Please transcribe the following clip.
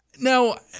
Now